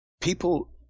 People